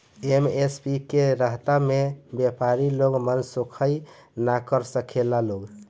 MSP के रहता में व्यपारी लोग मनसोखइ ना कर सकेला लोग